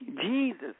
Jesus